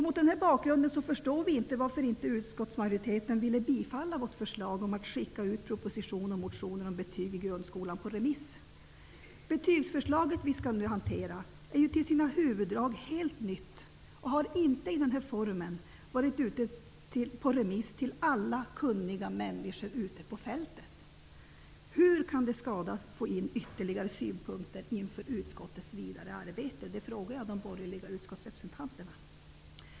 Mot den här bakgrunden förstår vi inte varför utskottsmajoriteten inte ville tillstyrka vårt förslag om att skicka ut proposition och motioner om betygen i grundskolan på remiss. Det betygsförslag som vi nu skall hantera är ju till sina huvuddrag helt nytt och har i denna form inte gått ut på remiss till alla kunniga ute på fältet. Hur kan det skada att få in ytterligare synpunkter inför utskottets vidare arbete? Den frågan ställer jag till de borgerliga utskottsrepresentanterna.